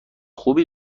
خوبی